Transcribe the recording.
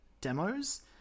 demos